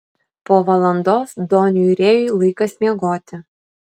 po valandos doniui rėjui laikas miegoti